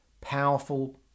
powerful